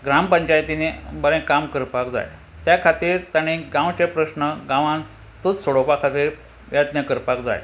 ग्रामपायतींनी बरें काम करपाक जाय त्या खातीर ताणें गांवचे प्रस्न गांवांतूच सोडोवपा खातीर यत्न करपाक जाय